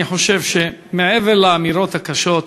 אני חושב שמעבר לאמירות הקשות,